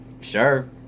Sure